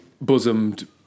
bosomed